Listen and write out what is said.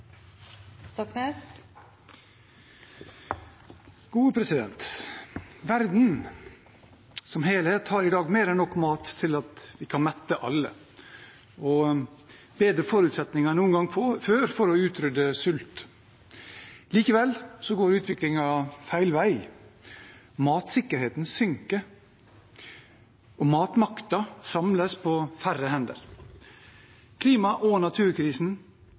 bedre forutsetninger enn noen gang før for å utrydde sult. Likevel går utviklingen feil vei. Matsikkerheten synker, og matmakten samles på færre hender. Klima- og naturkrisen